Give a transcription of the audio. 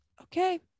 okay